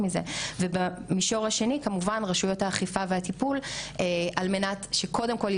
ובשלב שני, זה באמת הנושא של הצווים המיידיים.